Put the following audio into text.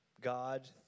God